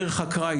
בדרך אקראי,